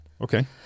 Okay